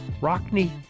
Rockney